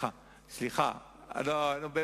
דרך אגב, זה גם שר החוץ אמר.